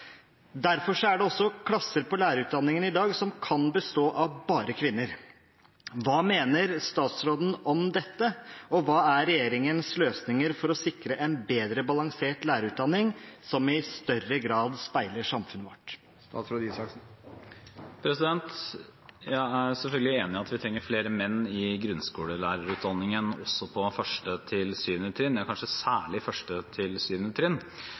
Derfor er det også klasser på lærerutdanningen i dag som kan bestå av bare kvinner. Hva mener statsråden om dette, og hva er regjeringens løsninger for å sikre en bedre balansert lærerutdanning som i større grad speiler samfunnet vårt?» Jeg er selvfølgelig enig i at vi trenger flere menn i grunnskoleutdanningen også på 1.–7. trinn, ja kanskje særlig på 1.–7. trinn.